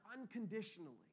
unconditionally